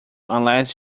unless